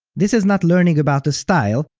this is not learning about a style,